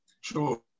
Sure